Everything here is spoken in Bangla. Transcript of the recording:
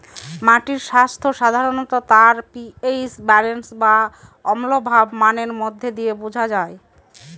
মাটির স্বাস্থ্য সাধারনত তার পি.এইচ ব্যালেন্স বা অম্লভাব মানের মধ্যে দিয়ে বোঝা যায়